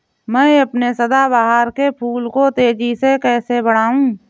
मैं अपने सदाबहार के फूल को तेजी से कैसे बढाऊं?